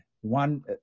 one